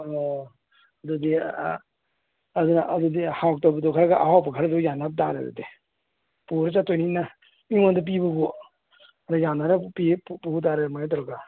ꯑꯣ ꯑꯗꯨꯗꯤ ꯑꯥ ꯑꯗꯨꯅ ꯑꯗꯨꯗꯤ ꯍꯥꯎꯇꯕꯗꯨ ꯈꯔꯒ ꯑꯍꯥꯎꯕ ꯈꯔꯗꯨ ꯌꯥꯟꯅꯕ ꯇꯥꯔꯦ ꯑꯗꯨꯗꯤ ꯄꯨꯔꯥ ꯆꯠꯇꯣꯏꯅꯤꯅ ꯃꯤꯉꯣꯟꯗ ꯄꯤꯕꯕꯨ ꯈꯔ ꯌꯥꯟꯅꯔ ꯄꯨꯕ ꯇꯥꯔꯦ ꯑꯗꯨꯃꯥꯏꯅ ꯇꯧꯔꯒ